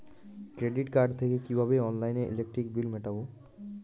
Credit card থেকে কিভাবে অনলাইনে ইলেকট্রিক বিল মেটাবো?